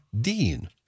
Dean